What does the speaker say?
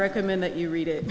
recommend that you read it